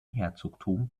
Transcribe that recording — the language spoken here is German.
herzogtum